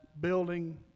building